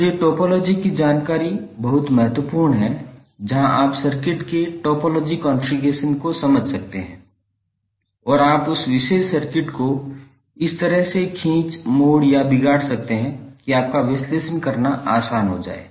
इसीलिए टोपोलॉजी की जानकारी बहुत महत्वपूर्ण है जहाँ आप सर्किट के टोपोलॉजी कॉन्फ़िगरेशन को समझ सकते हैं और आप उस विशेष सर्किट को इस तरह से खींच मोड़ या बिगाड़ सकते हैं कि आपका विश्लेषण करना आसान हो जाए